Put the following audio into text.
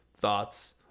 thoughts